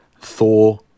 Thor